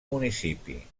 municipi